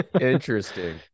Interesting